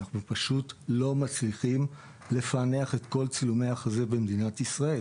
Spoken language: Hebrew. אנחנו פשוט לא מצליחים לפענח את כל צילומי החזה במדינת ישראל.